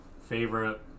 favorite